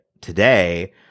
today